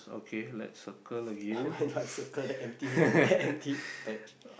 okay let's circle again